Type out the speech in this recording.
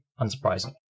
unsurprisingly